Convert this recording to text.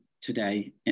today